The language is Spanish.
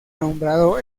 nombrado